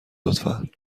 لطفا